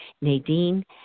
Nadine